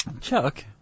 Chuck